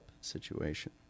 situation